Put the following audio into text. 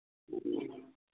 ꯎꯝ